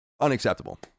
unacceptable